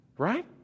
Right